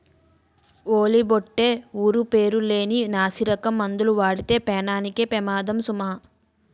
ఓలి బొట్టే ఊరు పేరు లేని నాసిరకం మందులు వాడితే పేనానికే పెమాదము సుమా